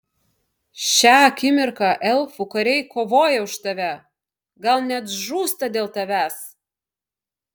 šią akimirką elfų kariai kovoja už tave gal net žūsta dėl tavęs